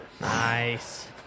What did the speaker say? Nice